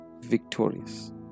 victorious